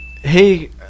hey